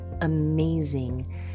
amazing